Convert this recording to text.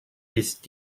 ist